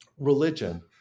religion